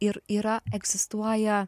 ir yra egzistuoja